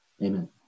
amen